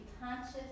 conscious